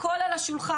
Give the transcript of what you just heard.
הכול על השולחן,